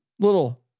Little